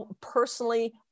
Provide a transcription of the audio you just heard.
Personally